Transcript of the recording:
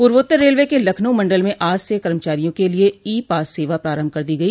पूर्वोत्तर रेलवे के लखनऊ मंडल में आज से कर्मचारियों के लिये ई पास सेवा प्रारम्भ कर दी गई